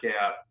out